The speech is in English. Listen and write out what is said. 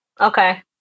Okay